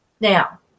Now